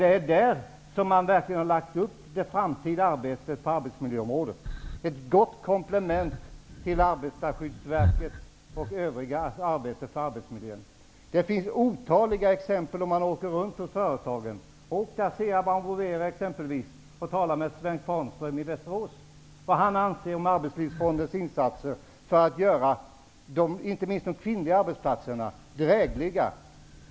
Det är där som man verkligen har lagt upp det framtida arbetet på arbetsmiljöområdet. Det har varit ett gott komplement till Arbetarskyddsverkets och övriga instansers arbete för arbetsmiljön. Om man åker runt bland företagen kan man få otaliga exempel på detta. Åk t.ex. till Asea Brown Boveri i Västerås och tala med Sven Kvarnström om vad han anser om Arbetslivsfondens insatser för att göra inte minst de kvinnliga arbetsplatserna drägliga!